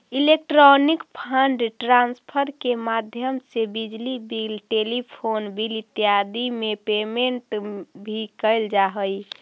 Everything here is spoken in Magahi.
इलेक्ट्रॉनिक फंड ट्रांसफर के माध्यम से बिजली बिल टेलीफोन बिल इत्यादि के पेमेंट भी कैल जा हइ